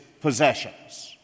possessions